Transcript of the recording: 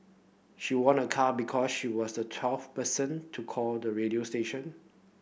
she won a car because she was the twelfth person to call the radio station